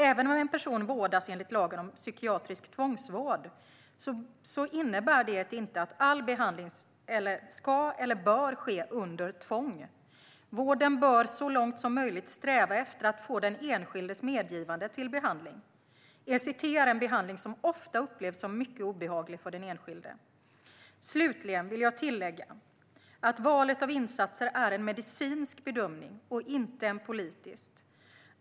Även om en person vårdas enligt lagen om psykiatrisk tvångsvård innebär det inte att all behandling ska eller bör ske under tvång. Vården bör så långt som möjligt sträva efter att få den enskildes medgivande till behandling. ECT är en behandling som ofta upplevs som mycket obehaglig för den enskilde. Slutligen vill jag tillägga att valet av insatser är en medicinsk bedömning och inte en politisk.